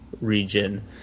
region